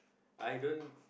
I don't